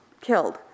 killed